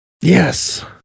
Yes